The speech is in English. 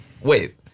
Wait